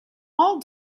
all